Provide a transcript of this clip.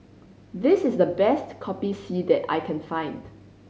this is the best Kopi C that I can find